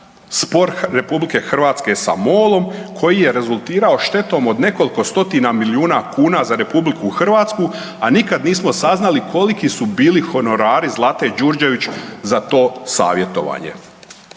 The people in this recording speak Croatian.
spor RH sa MOL-om koji je rezultirao štetom od nekoliko stotina milijuna kuna za RH, a nikad nismo saznali koliki su bili honorari Zlate Đurđević za to savjetovanje.